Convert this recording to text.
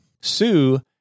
Sue